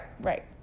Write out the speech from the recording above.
right